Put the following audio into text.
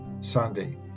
Sunday